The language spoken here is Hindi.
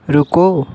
रुको